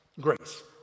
grace